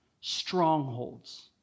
strongholds